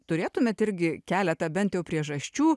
turėtumėt irgi keletą bent jau priežasčių